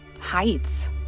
heights